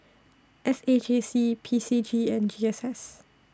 S A J C P C G and G S S